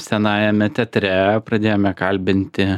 senajame teatre pradėjome kalbinti